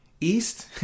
East